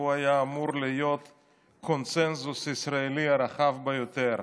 שהוא היה אמור להיות הקונסנזוס הישראלי הרחב ביותר: